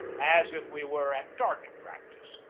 as if we were at target practice,